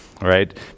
right